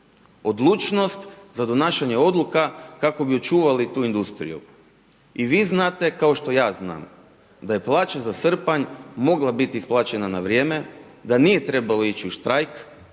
odlučnost za donašanje odluka kako bi očuvali tu industriju i vi znate, kao što ja znam, da je plaća za srpanj mogla biti isplaćena na vrijeme, da nije trebalo ići u štrajk,